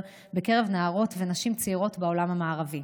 בקרב נערות ונשים צעירות בעולם המערבי.